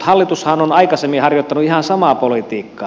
hallitushan on aikaisemmin harjoittanut ihan samaa politiikkaa